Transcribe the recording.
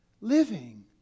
Living